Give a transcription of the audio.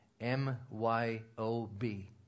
M-Y-O-B